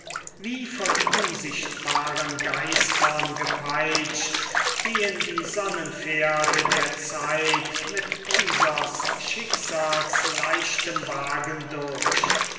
wie von unsichtbaren geistern gepeitscht gehen die sonnenpferde der zeit mit unsers schicksals leichtem wagen durch